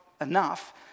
enough